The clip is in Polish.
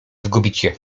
zgubicie